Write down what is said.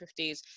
1950s